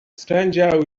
stranger